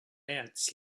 ants